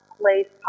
place